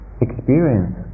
experience